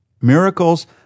miracles